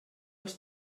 els